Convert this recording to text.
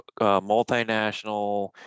multinational